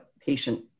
patient